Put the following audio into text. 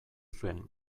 zuen